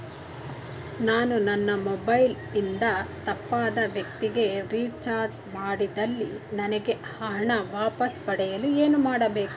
ನಾನು ನನ್ನ ಮೊಬೈಲ್ ಇಂದ ತಪ್ಪಾದ ವ್ಯಕ್ತಿಗೆ ರಿಚಾರ್ಜ್ ಮಾಡಿದಲ್ಲಿ ನನಗೆ ಆ ಹಣ ವಾಪಸ್ ಪಡೆಯಲು ಏನು ಮಾಡಬೇಕು?